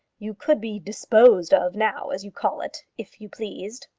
you could be disposed of now, as you call it, if you pleased.